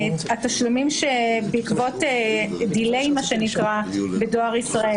התשלומים בעקבות העיכוב בדואר ישראל.